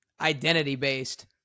identity-based